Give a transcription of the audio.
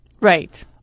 Right